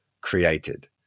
created